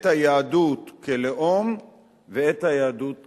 את היהדות כלאום ואת היהדות כדת.